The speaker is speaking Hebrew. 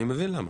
אני מבין למה.